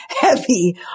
heavy